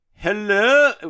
Hello